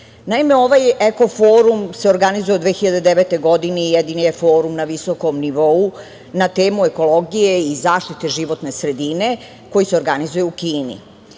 2021.Naime, ovaj eko forum se organizuje od 2009. godine, i jedini je forum na visokom nivou na temu ekologije i zaštite životne sredine koji se organizuje u Kini.